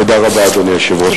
תודה רבה, אדוני היושב-ראש.